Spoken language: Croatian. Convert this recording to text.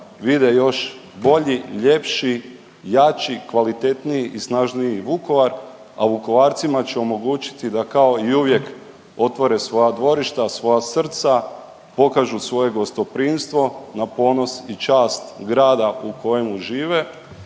vide još bolji, ljepši, jači, kvalitetniji i snažniji Vukovar, a Vukovarcima će omogućiti da kao i uvijek otvore svoja dvorišta, svoja srca, pokažu svoje gostoprimstvo na ponos i čast grada u kojemu žive.